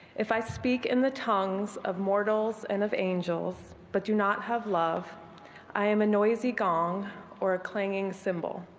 if i speak in the tongues of mortals and of angels, but do not have love i am a noisy kong or clinging symbol.